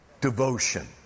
Devotion